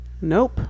Nope